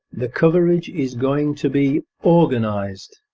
the coverage is going to be organised.